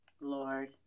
Lord